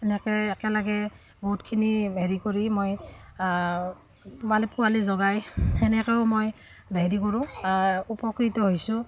এনেকৈ একেলগে বহুতখিনি হেৰি কৰি মই মানে পোৱালি জগাই সেনেকৈও মই হেৰি কৰোঁ উপকৃত হৈছোঁ